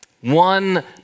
One